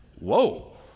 Whoa